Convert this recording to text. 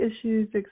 issues